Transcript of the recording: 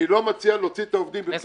אני לא מציע להוציא את העובדים.